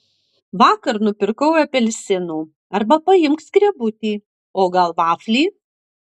vakar nupirkau apelsinų arba paimk skrebutį o gal vaflį